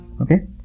Okay